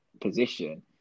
position